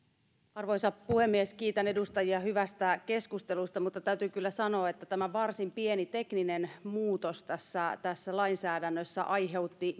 arvoisa puhemies kiitän edustajia hyvästä keskustelusta mutta täytyy kyllä sanoa että tämä varsin pieni tekninen muutos tässä lainsäädännössä aiheutti